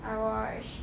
I watched